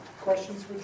questions